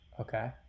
Okay